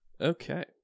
Okay